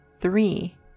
three